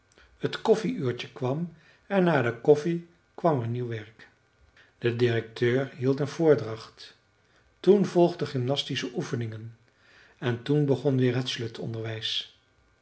t koffieuurtje kwam en na de koffie kwam er nieuw werk de directeur hield een voordracht toen volgde gymnastische oefeningen en toen begon weer